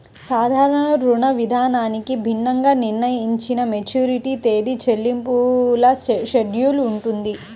సాధారణ రుణవిధానానికి భిన్నంగా నిర్ణయించిన మెచ్యూరిటీ తేదీ, చెల్లింపుల షెడ్యూల్ ఉంటుంది